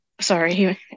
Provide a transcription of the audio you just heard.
Sorry